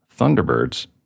thunderbirds